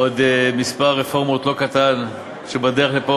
עוד מספר רפורמות לא קטן שבדרך לפה,